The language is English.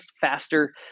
faster